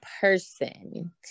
person